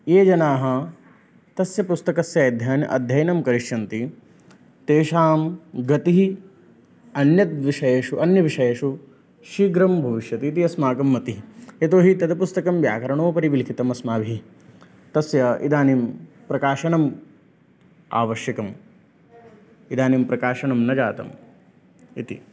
ये जनाः तस्य पुस्तकस्य अद्ध अध्ययनं करिष्यति तेषां गतिः अन्यत् विषयेषु अन्यविषयेषु शीघ्रं भविष्यति इति अस्माकं मतिः यतोहि तत्पुस्तकं व्याकरणोपरि लिखितम् अस्माभिः तस्य इदानीं प्रकाशनं आवश्यकम् इदानीं प्रकाशनं न जातम् इति